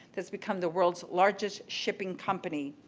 this become the world's largest shipping company.